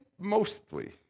mostly